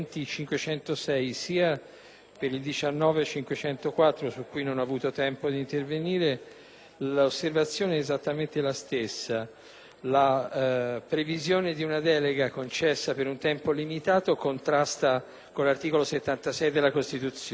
per il 19.504, su cui non ho avuto tempo di intervenire, l'osservazione è esattamente la stessa: la previsione di una delega concessa per un tempo illimitato contrasta con l'articolo 76 della Costituzione.